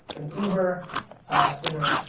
an uber you know,